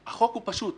החוק הוא פשוט.